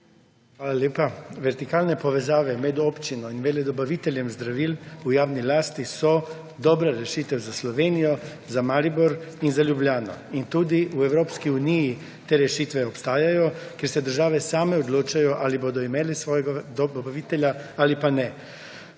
Hvala lepa. Vertikalne povezave med občino in veledobaviteljem zdravil v javni lasti so dobra rešitev za Slovenijo, za Maribor in za Ljubljano. Tudi v Evropski uniji te rešitve obstajajo, ker se države same odločajo, ali bodo imele svojega dobavitelja ali pa ne.